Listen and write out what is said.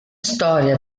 storia